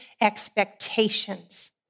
expectations